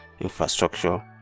infrastructure